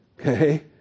okay